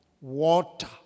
Water